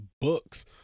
books